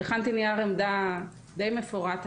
הכנתי נייר עמדה די מפורט.